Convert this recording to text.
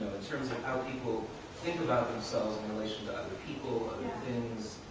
terms of how people think about themselves in relation to other people, other things,